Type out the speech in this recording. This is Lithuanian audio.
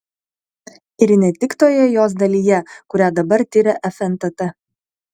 ir ne tik toje jos dalyje kurią dabar tiria fntt